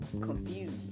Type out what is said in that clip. confused